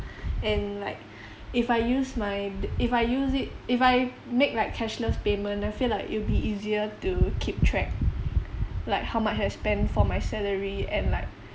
and like if I use my d~ if I use it if I make like cashless payment I feel like it'll be easier to keep track like how much I spend for my salary and like